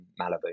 Malibu